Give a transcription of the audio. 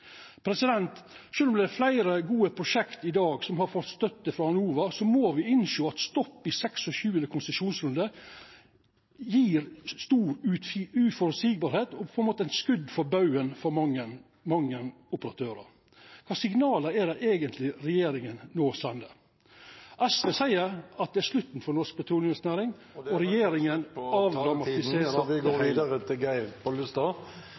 er fleire gode prosjekt som har fått støtte frå Enova, må me innsjå at stopp i 26. konsesjonsrunde gjev stor uvisse og vert eit skot for baugen for mange operatørar. Kva signal er det eigentleg regjeringa no sender? SV seier at det er slutten for norsk petroleumsnæring, og regjeringa avdramatiserer det heile. Dersom ein har eit knust vindauge, ein stein på